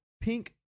pink